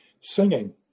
singing